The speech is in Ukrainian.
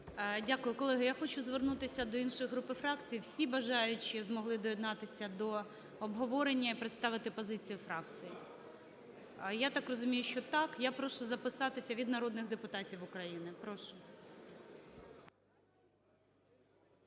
Дякую. Колеги, я хочу звернутися до інших груп і фракцій: всі бажаючі змогли доєднатися до обговорення і представити позицію фракції? Я так розумію, що так. Я прошу записатися від народних депутатів України. Прошу.